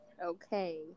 Okay